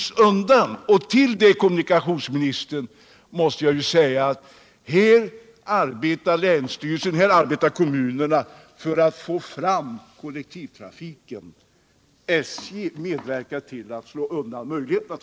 Samtidigt arbetar länsstyrelserna och kommunerna för att främja kollektivtrafiken i denna del av länet.